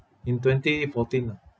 in twenty fourteen ah